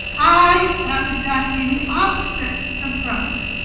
i am exactly the opposite approach.